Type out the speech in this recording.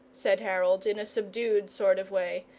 said harold, in a subdued sort of way,